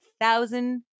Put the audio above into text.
Thousand